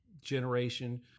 generation